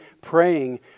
praying